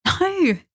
No